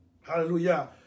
Hallelujah